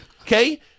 Okay